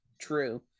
true